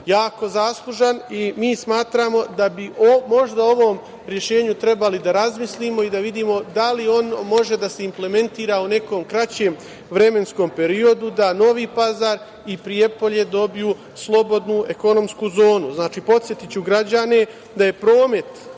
jako zaslužan i mi smatramo da bi možda o ovom rešenju trebali da razmislimo i da vidimo da li ono može da se implementira u nekom kraćem vremenskom periodu da Novi Pazar i Prijepolje dobiju slobodnu ekonomsku zonu. Znači, podsetiću građane da je promet